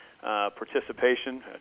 participation